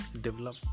develop